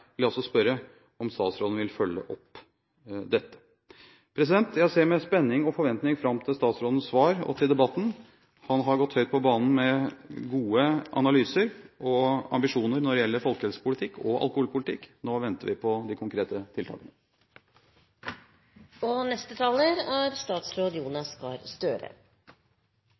jeg vil også spørre om statsråden vil følge opp dette. Jeg ser med spenning og forventning fram til statsrådens svar og til debatten. Han har gått høyt på banen med gode analyser og ambisjoner når det gjelder folkehelsepolitikk og alkoholpolitikk. Nå venter vi på de konkrete tiltakene.